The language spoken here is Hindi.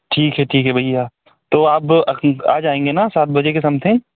ठीक है ठीक है भैया तो अब आ जाएंगे ना सात बजे के समथिंग